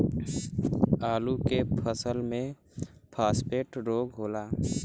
आलू के फसल मे फारेस्ट रोग होला?